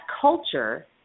culture